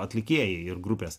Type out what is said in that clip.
atlikėjai ir grupės